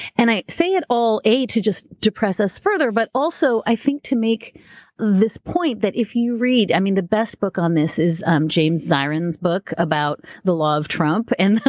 and i say it all, a, to just depress us further. but also i think to make this point that if you read. i mean, the best book on this is james zyron's book about the law of trump. and